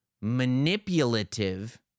manipulative